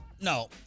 No